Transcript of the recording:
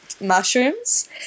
mushrooms